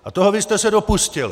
A toho vy jste se dopustili!